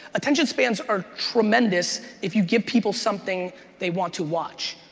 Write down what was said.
attention spans are tremendous if you give people something they want to watch.